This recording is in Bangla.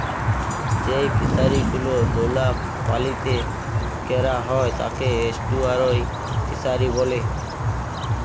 যেই ফিশারি গুলো লোলা পালিতে ক্যরা হ্যয় তাকে এস্টুয়ারই ফিসারী ব্যলে